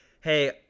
hey